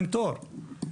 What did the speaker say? אין תור,